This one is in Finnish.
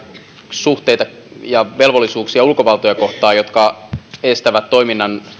suhteita ja velvollisuuksia ulkovaltoja kohtaan jotka estävät toiminnan